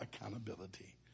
accountability